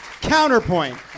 Counterpoint